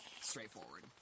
straightforward